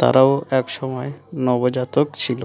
তারাও এক সময় নবজাতক ছিল